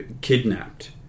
kidnapped